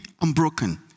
unbroken